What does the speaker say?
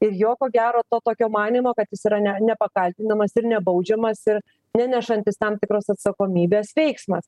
ir jo ko gero to tokio manymo kad jis yra ne nepakaltinamas ir nebaudžiamas ir nenešantis tam tikros atsakomybės veiksmas